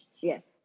Yes